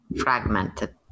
fragmented